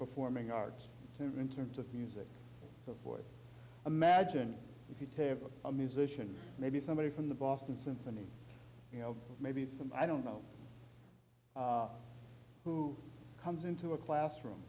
performing arts in terms of music before imagine if you have a musician maybe somebody from the boston symphony you know maybe i don't know who comes into a classroom